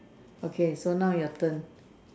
okay so now your turn